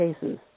cases